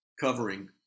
covering